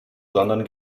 sondern